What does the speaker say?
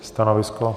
Stanovisko?